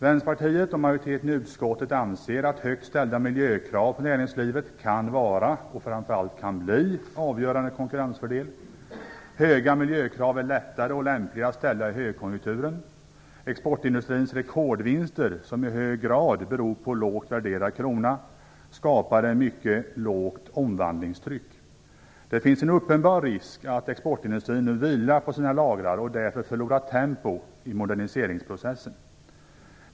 Vänsterpartiet och majoriteten i utskottet anser att högt ställda miljökrav på näringslivet kan vara och framför allt kan bli en avgörande konkurrensfördel. Höga miljökrav är lättare och lämpligare att ställa i högkonjunktur. Exportindustrins rekordvinster, som i hög grad beror på lågt värderad krona, skapar ett mycket lågt omvandlingstryck. Det finns en uppenbar risk att exportindustrin nu vilar på sina lagrar och därför förlorar tempo i moderniseringsprocessen.